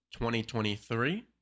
2023